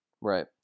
right